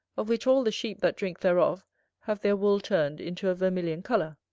of which all the sheep that drink thereof have their wool turned into a vermilion colour.